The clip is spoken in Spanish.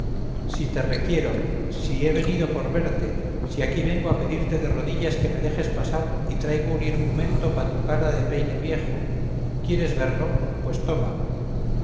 si te requiero si he venido por verte si aquí vengo a pedirte de rodillas que me dejes pasar y traigo un irgumento pa tu cara de peine viejo quieres verlo pues toma